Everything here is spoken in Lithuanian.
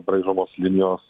braižomos linijos